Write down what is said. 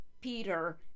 Peter